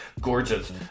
Gorgeous